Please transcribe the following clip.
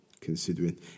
considering